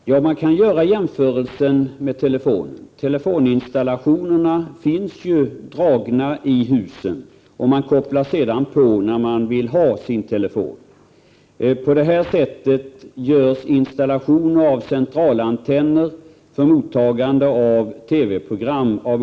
Herr talman! Man kan göra jämförelsen med telefonen. Telefonledningarna är dragna i husen, och telefonen kopplas in när man vill ha den. På det sättet görs installationer av centralantenner för mottagande av TV-program Prot.